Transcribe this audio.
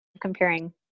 comparing